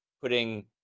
putting